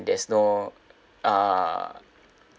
there's no uh